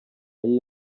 y’iyi